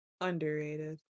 Underrated